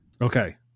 Okay